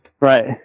Right